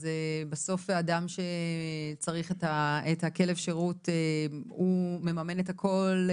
בסוף אדם שצריך את כלב השירות, הוא מממן את הכול?